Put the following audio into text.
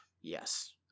Yes